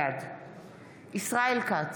בעד ישראל כץ,